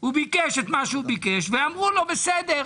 הוא ביקש את מה שהוא ביקש ואמרו לו: בסדר,